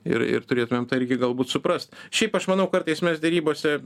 ir ir turėtumėm tą irgi galbūt suprast šiaip aš manau kartais mes derybose